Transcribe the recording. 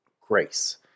grace